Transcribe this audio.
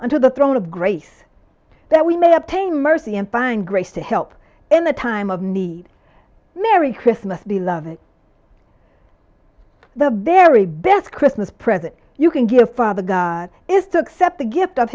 into the throne of grace that we may have pain mercy and find grace to help in the time of need merry christmas the love of the very best christmas present you can give father god is to accept the gift